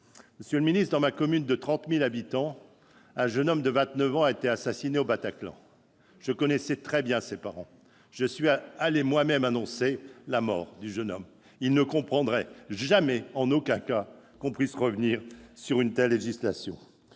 Monsieur le secrétaire d'État, dans ma commune de 30 000 habitants, un jeune homme de 29 ans a été assassiné au Bataclan. Je connaissais très bien ses parents, et je suis allé moi-même leur annoncer sa mort. Ils ne comprendraient en aucun cas que l'on puisse revenir sur une telle législation.